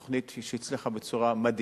זו תוכנית שהצליחה בצורה מדהימה